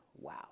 Wow